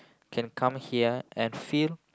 can come here and feel